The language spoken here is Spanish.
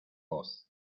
voz